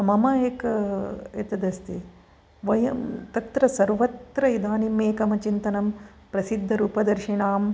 मम एक एतदस्ति वयं तत्र सर्वत्र इदानीम् एकं चिन्तिनं प्रसिद्धरूपदर्शिणाम्